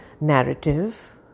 narrative